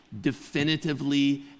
definitively